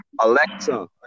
Alexa